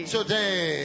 Today